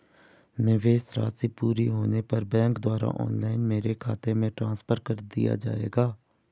निवेश राशि पूरी होने पर बैंक द्वारा ऑनलाइन मेरे खाते में ट्रांसफर कर दिया जाएगा?